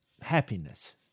happiness